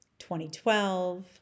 2012